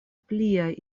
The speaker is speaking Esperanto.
pliaj